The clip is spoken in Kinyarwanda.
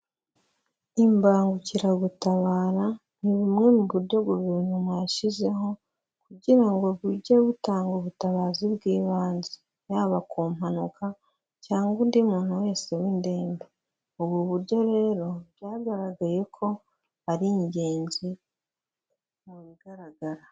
Imbangukiragutabara ni bumwe mu buryo guverinoma yashyizeho, kugira ngo bujye butanga ubutabazi bw'ibanze, yaba ku mpanuka cyangwa undi muntu wese windembe, ubu buryo rero byagaragaye ko ari ingenzi mu bigaragara.